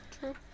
true